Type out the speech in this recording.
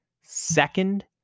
second